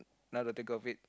now to think of it